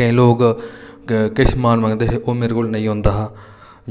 केईं लोक किश समान मंगदे हे ते ओह् मेरे कोल नेईं होंदा हा